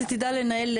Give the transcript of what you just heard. אז היא תדע לנהל,